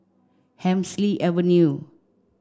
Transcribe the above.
Hemsley Avenue